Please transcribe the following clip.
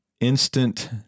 instant